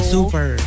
Super